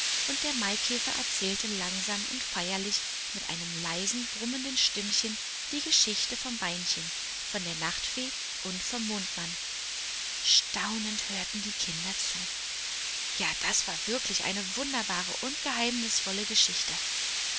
und der maikäfer erzählte langsam und feierlich mit einem leisen brummenden stimmchen die geschichte vom beinchen von der nachtfee und vom mondmann staunend hörten die kinder zu ja das war wirklich eine wunderbare und geheimnisvolle geschichte